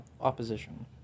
Opposition